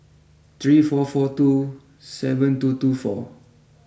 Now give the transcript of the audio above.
three four four two seven two two four